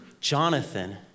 Jonathan